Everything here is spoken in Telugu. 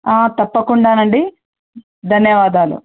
తప్పకుండా అండి ధన్యవాదాలు